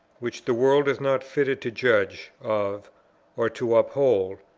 which the world is not fitted to judge of or to uphold,